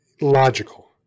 logical